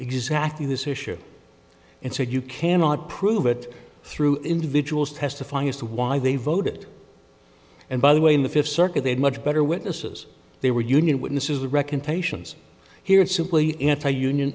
exactly this issue and said you cannot prove it through individuals testifying as to why they voted and by the way in the fifth circuit they had much better witnesses they were union when this is the recantations here it's simply anti union